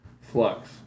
Flux